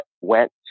went